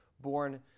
born